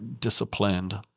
disciplined